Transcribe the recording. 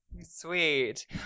Sweet